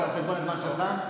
זה על חשבון הזמן שלך.